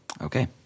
Okay